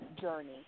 journey